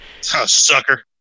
Sucker